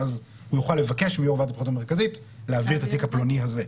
הוא יוכל לבקש מיו"ר ועדת הבחירות המרכזית להעביר את התיק הפלוני הזה.